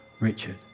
Richard